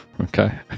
Okay